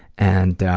and